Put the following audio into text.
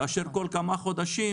כאשר כל כמה חודשים